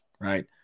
right